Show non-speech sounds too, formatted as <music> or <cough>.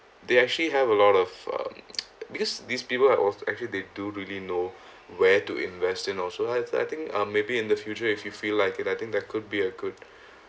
they actually have a lot of um <noise> because these people are also actually they do really know where to invest in also I I think uh maybe in the future if you feel like okay I think that could be a good <breath>